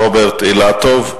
רוברט אילטוב.